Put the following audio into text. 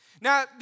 Now